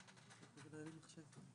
לא ידוע לי על הפניה.